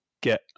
get